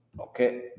okay